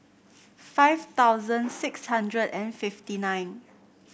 five thousand six hundred and fifty nine